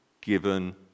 given